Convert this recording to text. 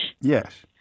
Yes